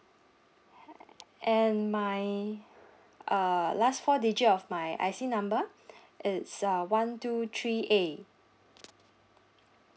and my uh last four digit of my I_C number it's uh one two three A